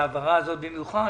וההעברה הזאת במיוחד,